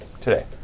Today